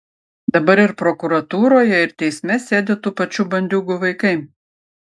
dabar ir prokuratūroje ir teisme sėdi tų pačių bandiūgų vaikai